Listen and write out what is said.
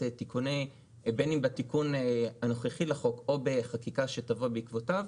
בין אם בתיקון הנוכחי לחוק או בחקיקה שתבוא בעקבותיו,